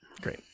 Great